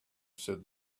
said